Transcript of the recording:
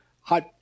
hot